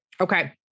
Okay